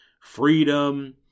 Freedom